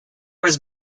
was